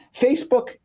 Facebook